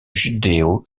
judéo